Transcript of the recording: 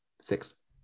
Six